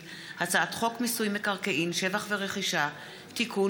פ/5528/20: הצעת חוק המכינות הקדם-צבאיות (תיקון,